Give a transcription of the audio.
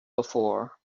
before